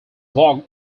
vogue